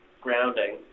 grounding